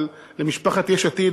אבל למשפחת יש עתיד,